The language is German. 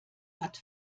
hat